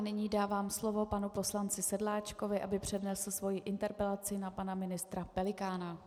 Nyní dávám slovo panu poslanci Sedláčkovi, aby přednesl svoji interpelaci na pana ministra Pelikána.